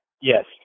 Yes